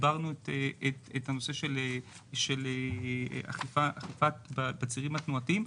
הגברנו את הנושא של אכיפה בצירים התנועתיים.